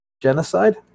genocide